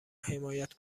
حمایت